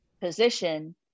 position